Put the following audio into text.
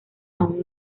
aún